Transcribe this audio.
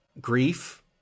grief